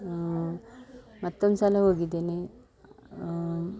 ಮತ್ತೊಂದುಸಲ ಹೋಗಿದ್ದೇನೆ